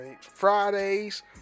Fridays